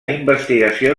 investigació